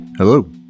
Hello